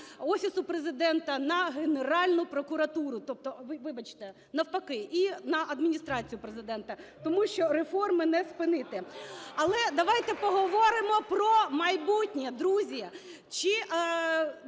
Офісу Президента на Генеральну прокуратуру… Тобто, вибачте, навпаки, і на Адміністрацію Президента, тому що реформи не спинити. Але давайте поговоримо про майбутнє, друзі.